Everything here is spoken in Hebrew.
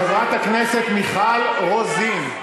חברת הכנסת מיכל רוזין,